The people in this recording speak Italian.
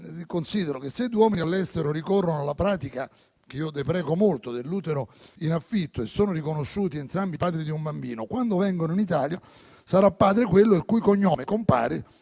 particolare: se due uomini all'estero ricorrono alla pratica dell'utero in affitto e sono riconosciuti entrambi padri di un bambino, quando vengono in Italia sarà padre quello il cui cognome compare